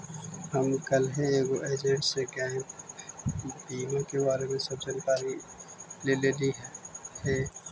हम कलहे एगो एजेंट से गैप बीमा के बारे में सब जानकारी ले लेलीअई हे